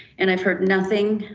and i've heard nothing